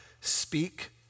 speak